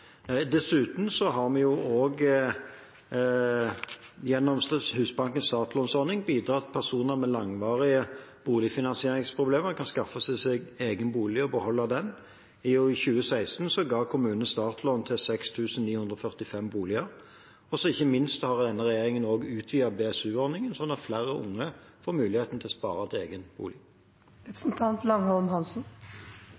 Dessuten har vi gjennom Husbankens startlånsordning bidratt til at personer med langvarige boligfinansieringsproblemer kan skaffe seg egen bolig og beholde den. I 2016 ga kommunene startlån til 6 945 boliger. Og ikke minst har denne regjeringen også utvidet BSU-ordningen, sånn at flere unge får muligheten til å spare til egen bolig.